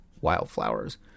wildflowers